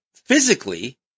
Physically